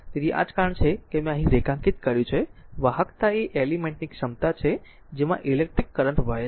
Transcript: તેથી આ જ કારણ છે કે મેં અહીં રેખાંકિત કર્યું છે વાહકતા એ એલિમેન્ટ ની ક્ષમતા છે જેમાં ઇલેક્ટ્રિક કરંટ વહે છે